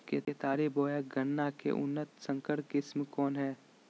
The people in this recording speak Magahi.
केतारी बोया गन्ना के उन्नत संकर किस्म कौन है?